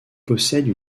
possède